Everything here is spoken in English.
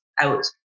out